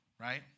right